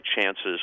chances